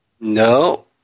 No